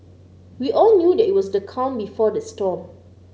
we all knew that it was the calm before the storm